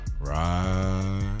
right